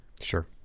Sure